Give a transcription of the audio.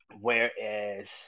Whereas